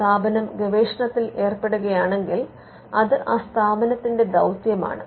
ഒരു സ്ഥാപനം ഗവേഷണത്തിൽ ഏർപ്പെടുകയാണെങ്കിൽ അത് ആ സ്ഥാപനത്തിന്റെ ദൌത്യമാണ്